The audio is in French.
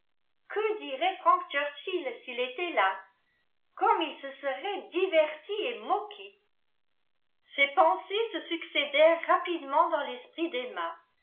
que dirait frank churchill s'il était là comme il se serait diverti et moqué ces pensées se succédèrent rapidement dans l'esprit d'emma